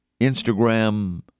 Instagram